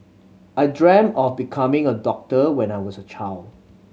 I dreamt of becoming a doctor when I was a child